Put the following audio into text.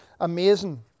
amazing